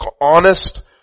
honest